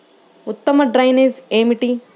ఉత్తమ డ్రైనేజ్ ఏమిటి?